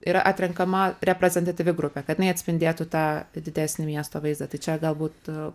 yra atrenkama reprezentatyvi grupė kad ji atspindėtų tą didesnį miesto vaizdą tai čia galbūt